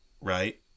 right